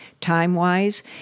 time-wise